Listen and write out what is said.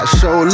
show